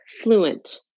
fluent